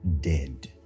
dead